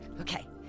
Okay